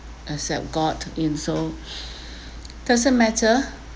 except god in soul doesn't matter